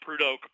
Prudhoe